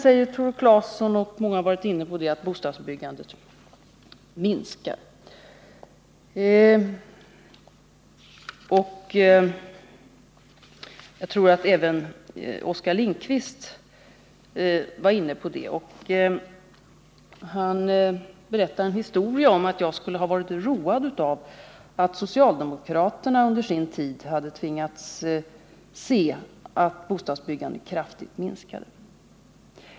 Tore Claeson och flera andra ledamöter — bl.a. Oskar Lindkvist — har varit inne på att bostadsbyggandet minskar. Oskar Lindkvist menade att jag skulle ha varit road av att socialdemokraterna under sin tid hade tvingats se att bostadsbyggandet kraftigt minskade.